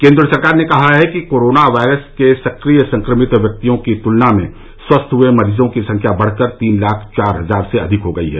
केन्द्र सरकार ने कहा है कि कोरोना वायरस के सक्रिय संक्रमित व्यक्तियों की तुलना में स्वस्थ हुए मरीजों की संख्या बढ़कर तीन लाख चार हजार से अधिक हो गई है